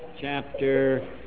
chapter